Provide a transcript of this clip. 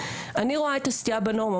אני רואה את הסטייה בנורמה',